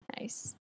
Nice